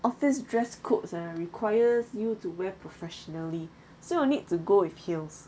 office dress codes ah requires you to wear professionally so you need to go with heels